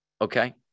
Okay